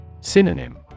Synonym